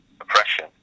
oppression